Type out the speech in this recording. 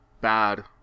bad